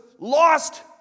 lost